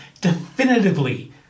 definitively